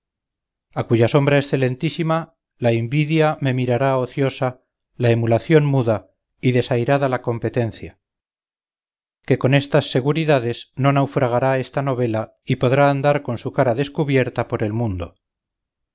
a cuya sombra excelentísima la invidia me mirará ociosa la emulación muda y desairada la competencia que con estas seguridades no naufragará esta novela y podrá andar con su cara descubierta por el mundo